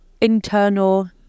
internal